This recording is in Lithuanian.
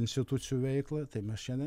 institucijų veiklą tai mes šiandien